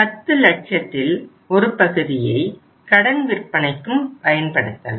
பத்து லட்சத்தில் ஒரு பகுதியை கடன் விற்பனைக்கும் பயன்படுத்தலாம்